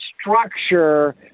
structure